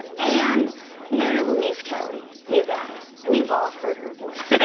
and and mary luis kelly, you guys, we've all heard her voice.